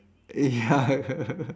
ya